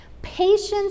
Patience